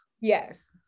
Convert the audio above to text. yes